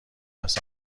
است